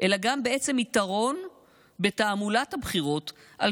אלא גם בעצם יתרון בתעמולת הבחירות על